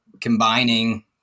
combining